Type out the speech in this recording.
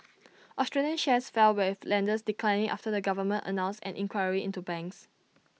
Australian shares fell with lenders declining after the government announced an inquiry into banks